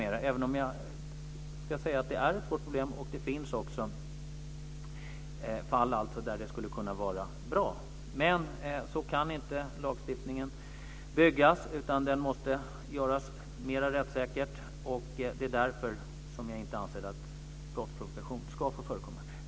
Det är ett svårt problem, och det finns också fall där det skulle kunna gå bra. Men så kan inte lagstiftningen byggas. Den måste göras mer rättssäker. Det är därför som jag inte anser att brottsprovokation ska få förekomma.